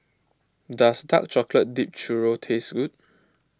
does Dark Chocolate Dipped Churro taste good